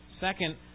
Second